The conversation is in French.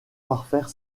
parfaire